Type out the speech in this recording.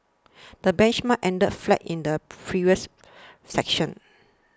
the benchmark ended flat in the previous section